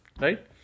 right